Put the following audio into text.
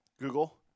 Google